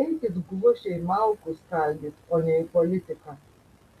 eikit glušiai malkų skaldyt o ne į politiką